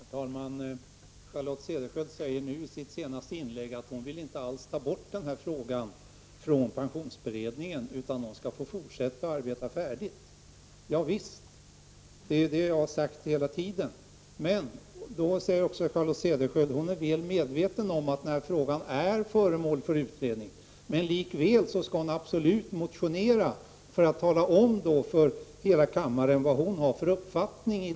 Herr talman! Charlotte Cederschiöld säger i sitt senaste inlägg att hon inte alls vill ta bort den här frågan från pensionsberedningen. Pensionsberedningen skall få arbeta färdigt. Javisst! Det har jag sagt hela tiden. Charlotte Cederschiöld är väl medveten om att frågan är föremål för utredning. Men likväl skall hon absolut motionera i frågan för att tala om för kammaren vad hon har för uppfattning.